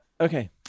Okay